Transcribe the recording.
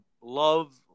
love